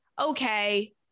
Okay